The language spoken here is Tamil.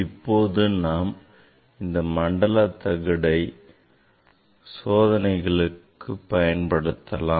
இப்போது நாம் இந்த மண்டல தகட்டை சோதனைகளுக்கு பயன்படுத்தலாம்